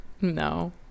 No